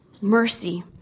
Mercy